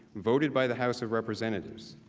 voted by the house of representatives.